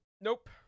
Nope